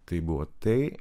tai buvo tai